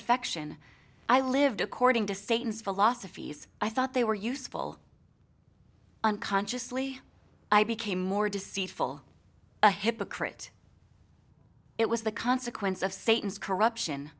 affection i lived according to satan's philosophies i thought they were useful unconsciously i became more deceitful a hypocrite it was the consequence of satan's corruption